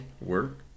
Work